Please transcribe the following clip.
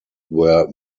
were